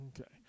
Okay